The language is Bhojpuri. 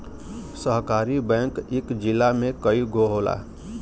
सहकारी बैंक इक जिला में कई गो होला